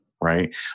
right